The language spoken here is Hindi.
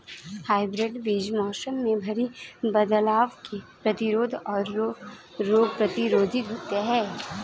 हाइब्रिड बीज मौसम में भारी बदलाव के प्रतिरोधी और रोग प्रतिरोधी होते हैं